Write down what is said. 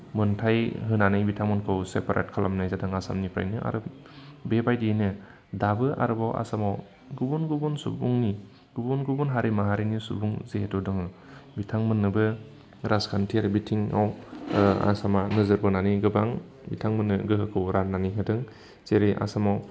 मोन्थाय होनानै बिथांमोनखौ सेपारेट खालामनाय जादों आसामनिफ्रायनो आरो बेबायदियैनो दाबो आरोबाव आसामाव गुबुन गुबुन सुबुंनि गुबुन गुबुन हारि माहारिनि सुबुं जिहेतु दङ बिथांमोननोबो राजखान्थियारि बिथिङाव आसामा नोजोरबोनानै गोबां बिथांमोननो गोहोखौ राननानै होदों जेरै आसामाव